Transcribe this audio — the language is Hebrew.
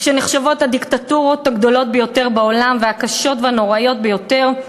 שנחשבות היום לדיקטטורות הגדולות ביותר בעולם והקשות והנוראיות ביותר.